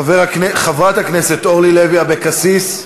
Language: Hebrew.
חברת הכנסת אורלי לוי אבקסיס,